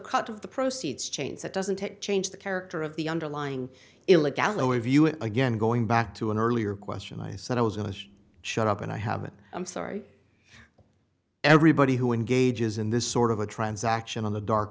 cut of the proceeds change that doesn't change the character of the underlying illa galloway of us again going back to an earlier question i said i was going to shut up and i haven't i'm sorry everybody who engages in this sort of a transaction on the dark